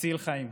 יצילו חיים.